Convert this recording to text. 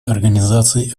организации